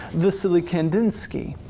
wassily kandinsky,